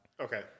Okay